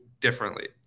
differently